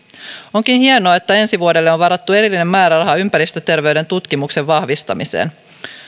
onkin hienoa että ensi vuodelle on varattu erillinen määräraha ympäristöterveyden tutkimuksen vahvistamiseen